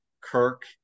Kirk